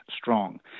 strong